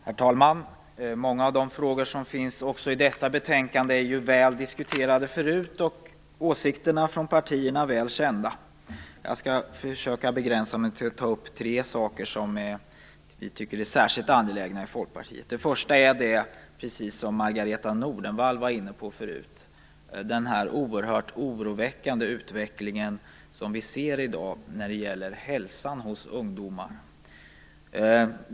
Herr talman! Många av de frågor som finns också i detta betänkande är diskuterade förut, och partiernas åsikter är väl kända. Jag skall försöka begränsa mig till att ta upp tre områden som Folkpartiet tycker är särskilt angelägna. Det första området handlar om det som Margareta Nordenvall var inne på förut, dvs. den oroväckande utvecklingen när det gäller hälsan hos ungdomar.